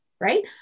Right